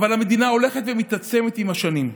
המדינה הולכת ומתעצמת עם השנים.